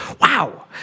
wow